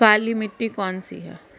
काली मिट्टी कौन सी है?